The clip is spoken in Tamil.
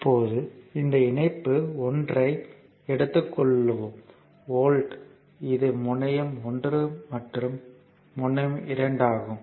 இப்போது இந்த இணைப்பு 1 ஐ எடுத்துக் கொள்ளுங்கள் வோல்ட் இது முனையம் 1 மற்றும் முனையம் 2 ஆகும்